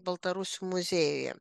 baltarusių muziejuje